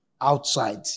outside